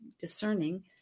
discerning